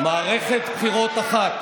מערכת בחירות אחת